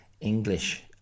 English